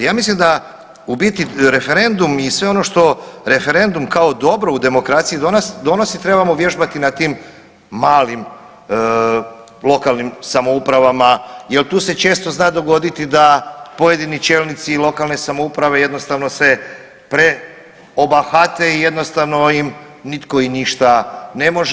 Ja mislim da u biti referendum i sve ono što referendum kao dobro u demokraciji donosi trebamo vježbati na tim malim lokalnim samoupravama jer tu se često zna dogoditi da pojedini čelnici lokalne samouprave jednostavno se preobahate i jednostavno im nitko i ništa ne može.